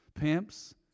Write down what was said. pimps